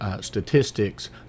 statistics